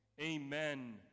Amen